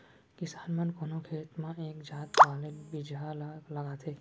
किसान मन कोनो खेत म एक जात वाले बिजहा ल लगाथें